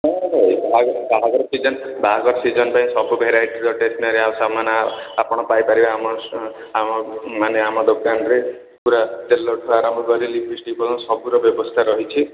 ବାହାଘର ସିଜନ୍ ବାହାଘର ସିଜନ୍ ପାଇଁ ସବୁ ଭେରାଇଟିର ଷ୍ଟେସନାରୀ ଆଉ ସାମାନ୍ ଆପଣ ପାଇ ପାରିବେ ଆମ ମାନେ ଆମ ଦୋକାନରେ ପୁରା ତେଲଠୁ ଆରମ୍ଭ କରି ଲିପଷ୍ଟିକ୍ ପର୍ଯ୍ୟନ୍ତ ସବୁର ବ୍ୟବସ୍ଥା ରହିଛି